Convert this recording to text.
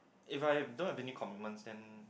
if I don't have any commitments then